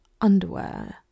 underwear